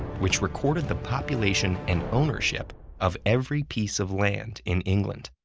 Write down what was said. which recorded the population and ownership of every piece of land in england.